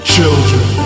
Children